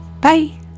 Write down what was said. Bye